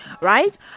right